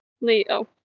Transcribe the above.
Leo